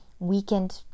weekend